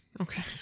Okay